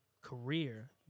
career